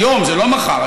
היום זה לא מחר.